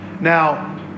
Now